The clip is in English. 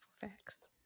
facts